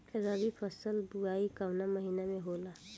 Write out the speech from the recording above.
रबी फसल क बुवाई कवना महीना में होला?